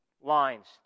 lines